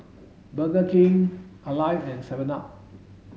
Burger King Alive and seven up